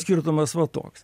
skirtumas va toks